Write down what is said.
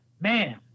Man